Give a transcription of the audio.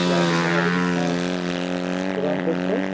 اَسَلامُ علیکُم وعلیکُم سَلام بُرہان صٲب چھِو حظ